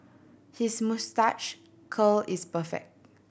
his moustache curl is perfect